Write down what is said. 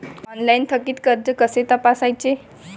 Online थकीत कर्ज कसे तपासायचे?